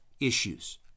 issues